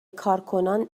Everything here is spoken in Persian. کارکنان